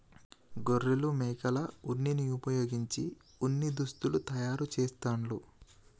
గొర్రెలు మేకల ఉన్నిని వుపయోగించి ఉన్ని దుస్తులు తయారు చేస్తాండ్లు